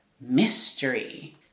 mystery